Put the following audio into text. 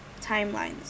timelines